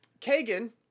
Kagan